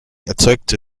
erzeugte